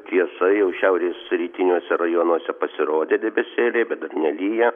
tiesa jau šiaurės rytiniuose rajonuose pasirodė debesėliai bet dar nelyja